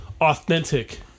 authentic